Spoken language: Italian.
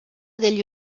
degli